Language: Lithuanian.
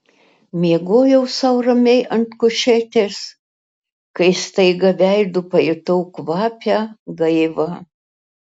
miegojau sau ramiai ant kušetės kai staiga veidu pajutau kvapią gaivą